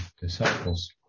disciples